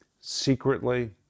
secretly